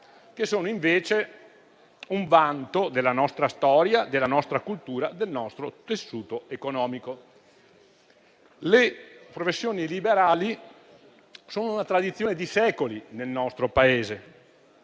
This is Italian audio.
che sono invece un vanto della nostra storia, della nostra cultura e del nostro tessuto economico. Le professioni liberali sono una tradizione di secoli nel nostro Paese;